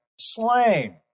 slain